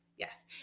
Yes